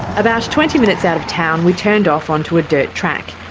about twenty minutes out of town we turned off onto a dirt track.